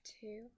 two